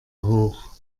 hoch